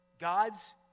God's